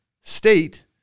state